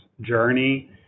journey